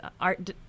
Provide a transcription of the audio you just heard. art